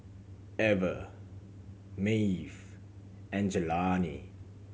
Ever Maeve and Jelani